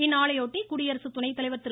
இந்நாளையொட்டி குடியரசு துணைத்தலைவர் திரு